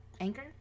anchor